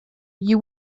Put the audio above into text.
you